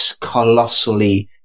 colossally